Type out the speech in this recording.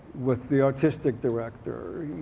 with the artistic director.